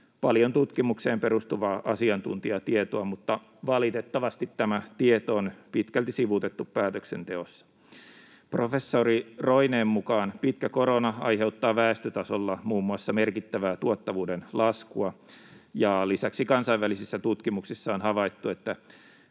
paljon tutkimukseen perustuvaa asiantuntijatietoa, mutta valitettavasti tämä tieto on pitkälti sivuutettu päätöksenteossa. Professori Roineen mukaan pitkä korona aiheuttaa väestötasolla muun muassa merkittävää tuottavuuden laskua, ja lisäksi kansainvälisissä tutkimuksissa on havaittu,